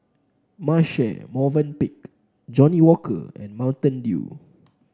Marche Movenpick Johnnie Walker and Mountain Dew